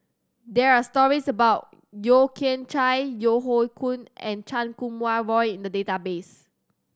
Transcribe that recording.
there are stories about Yeo Kian Chai Yeo Hoe Koon and Chan Kum Wah Roy in the database